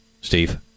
Steve